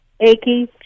Achy